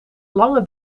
lange